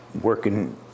working